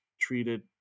treated